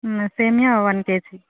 సేమియా one KG